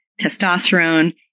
testosterone